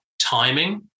timing